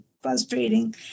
frustrating